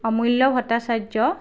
Amulya Bhattacharya